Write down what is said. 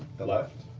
the left?